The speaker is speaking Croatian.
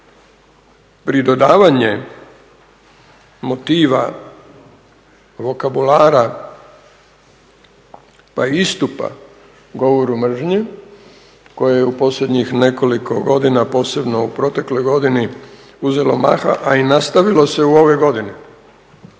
Pridodavanje motiva vokabulara pa istupa govoru mržnje koje je u posljednjih nekoliko godina, posebno u protekloj godini uzelo maha, a i nastavilo se u ovoj godini,